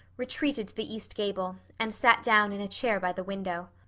retreated to the east gable, and sat down in a chair by the window.